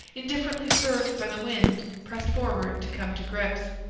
indifferently served by the wind, pressed forward to come to grips.